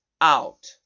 out